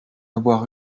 avoir